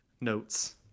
notes